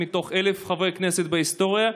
מתוך 1,000 חברי כנסת בהיסטוריה,